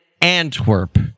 Antwerp